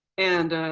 and